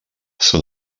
són